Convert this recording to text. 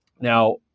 Now